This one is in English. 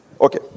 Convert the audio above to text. Okay